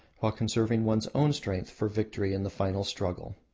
while conserving one's own strength for victory in the final struggle.